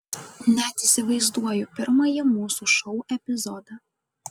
net įsivaizduoju pirmąjį mūsų šou epizodą